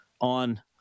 on